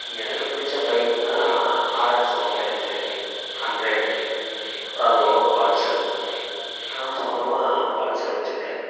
எனக்கு பிடிச்ச பைக்குனா R X one thirty five hundred அப்புறம் அது போக பல்சர் நான் சொந்தமாக பல்சர் வச்சிருக்கேன்